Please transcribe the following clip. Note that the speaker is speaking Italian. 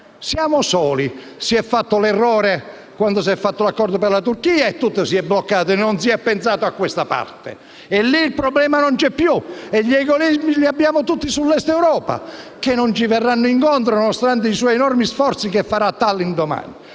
siamo soli. Si è commesso un errore quando si è fatto l'accordo con la Turchia, tutto si è bloccato e non si è pensato a questa parte. Lì il problema non c'è più e gli egoismi li abbiamo tutti sull'Est Europa, che non ci verrà incontro, nonostante gli enormi sforzi che lei compirà a Tallinn domani.